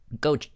go